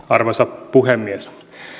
arvoisa puhemies